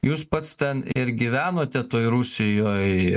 jūs pats ten ir gyvenote toj rusijoj